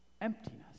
Emptiness